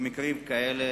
במקרים כאלה,